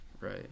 right